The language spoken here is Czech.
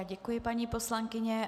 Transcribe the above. Děkuji, paní poslankyně.